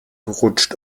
rutscht